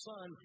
Son